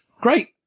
great